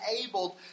enabled